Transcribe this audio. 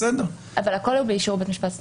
הכול באישור בית משפט.